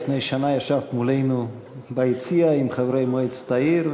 לפני שנה ישבת מולנו ביציע עם חברי מועצת העיר,